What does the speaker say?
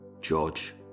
George